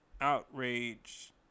outrage